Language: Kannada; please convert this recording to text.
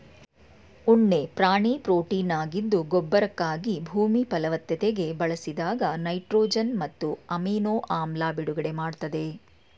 ಉಣ್ಣೆ ಪ್ರಾಣಿ ಪ್ರೊಟೀನಾಗಿದ್ದು ಗೊಬ್ಬರಕ್ಕಾಗಿ ಭೂಮಿ ಫಲವತ್ತತೆಗೆ ಬಳಸಿದಾಗ ನೈಟ್ರೊಜನ್ ಮತ್ತು ಅಮಿನೊ ಆಮ್ಲ ಬಿಡುಗಡೆ ಮಾಡ್ತದೆ